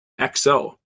XO